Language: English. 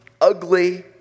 ugly